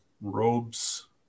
robes